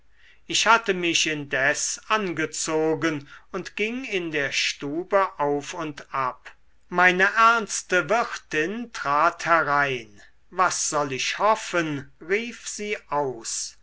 ich hatte mich indes angezogen und ging in der stube auf und ab meine ernste wirtin trat herein was soll ich hoffen rief sie aus